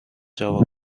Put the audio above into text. جواب